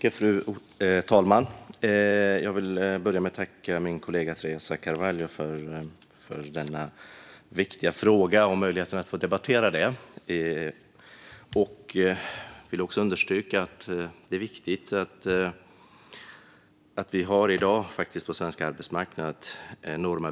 Fru talman! Jag vill börja med att tacka min kollega Teresa Carvalho för denna viktiga fråga och möjligheten att få debattera den. Jag vill också understryka att vi i dag har enorma behov på svensk arbetsmarknad.